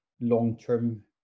long-term